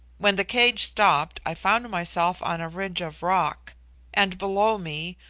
when the cage stopped, i found myself on a ridge of rock and below me,